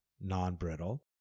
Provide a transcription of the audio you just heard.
non-brittle